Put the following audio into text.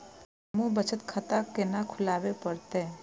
हमू बचत खाता केना खुलाबे परतें?